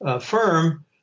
firm